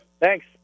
thanks